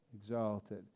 exalted